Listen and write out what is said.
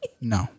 No